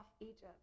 Egypt